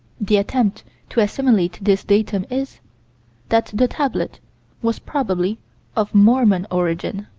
the attempt to assimilate this datum is that the tablet was probably of mormon origin.